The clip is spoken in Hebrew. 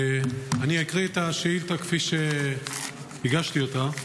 אני אקריא את השאילתה כפי שהגשתי אותה: